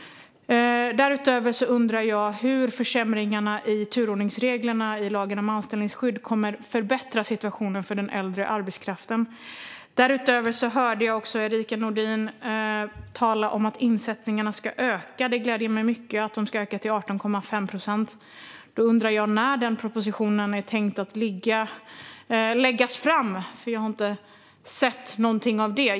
Därutöver undrar jag hur försämringarna i turordningsreglerna i lagen om anställningsskydd kommer att förbättra situationen för den äldre arbetskraften. Jag hörde också Erica Nådin tala om att insättningarna ska öka. Det gläder mig mycket att de ska öka till 18,5 procent. Jag undrar när denna proposition är tänkt att läggas fram, för jag har inte sett någonting av det.